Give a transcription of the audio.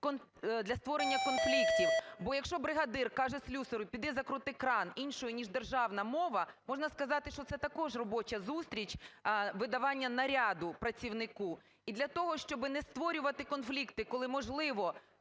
для створення конфліктів. Бо якщо бригадир каже слюсарю: "Піди закрути кран" іншою, ніж державна мова, можна сказати, що це також робоча зустріч, видавання наряду працівнику. І для того, щоби не створювати конфлікти, коли, можливо,